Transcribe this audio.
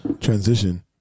transition